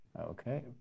okay